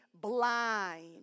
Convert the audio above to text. blind